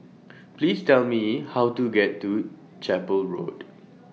Please Tell Me How to get to Chapel Road